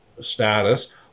status